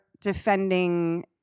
defending